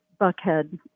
Buckhead